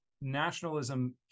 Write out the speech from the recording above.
nationalism